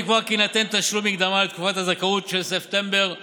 לקבוע כי יינתן תשלום מקדמה לתקופת הזכאות של ספטמבר-אוקטובר